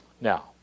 Now